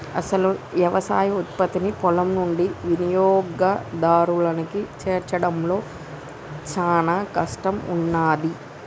అసలు యవసాయ ఉత్పత్తిని పొలం నుండి వినియోగదారునికి చేర్చడంలో చానా కష్టం ఉన్నాది